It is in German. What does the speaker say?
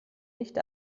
nicht